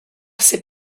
ses